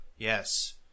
Yes